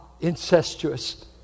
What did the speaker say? incestuous